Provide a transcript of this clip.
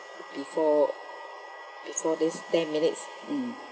before before this ten minutes mmhmm